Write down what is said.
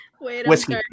whiskey